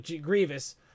Grievous